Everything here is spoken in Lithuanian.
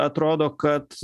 atrodo kad